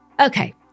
Okay